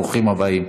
ברוכים הבאים.